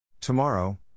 Tomorrow